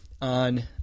on